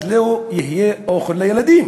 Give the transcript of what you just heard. אז לא יהיה אוכל לילדים,